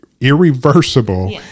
irreversible